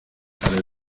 hari